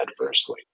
adversely